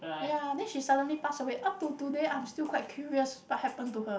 ya then she suddenly pass away up to today I'm still quite curious what happen to her